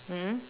mm